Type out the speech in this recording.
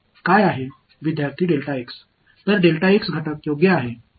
எனவே இதை பாதை 1 2 3 மற்றும் 4 என்று அழைப்போம்